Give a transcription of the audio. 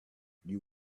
you